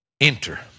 enter